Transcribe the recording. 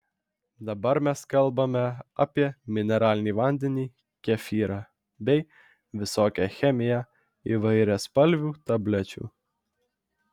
dabar mes kalbame apie mineralinį vandenį kefyrą bei visokią chemiją įvairiaspalvių tablečių